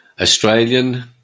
Australian